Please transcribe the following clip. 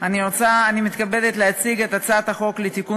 אני מתכבדת להציג את הצעת חוק לתיקון